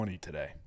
today